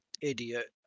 idiot